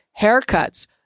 haircuts